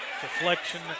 Deflection